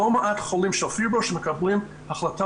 לא מעט חולים של פיברו שמקבלים החלטה